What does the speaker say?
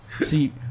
See